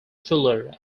fuller